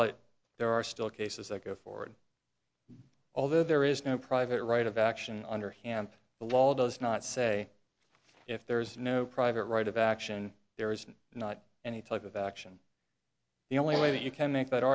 but there are still cases that go forward although there is no private right of action underhand the law does not say if there is no private right of action there is not any type of action the only way that you can make that